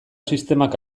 sistemak